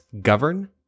govern